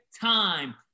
time